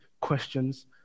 questions